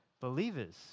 believers